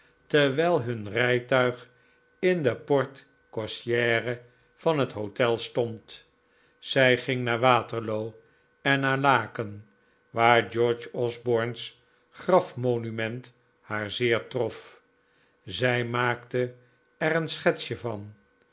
terwijl hun rijtuig in de porte cochere van het hotel stond zij ging naar waterloo en naar laeken waar george osborne's grafmonument haar zeer trof zij maakte er een schetsje van